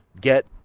get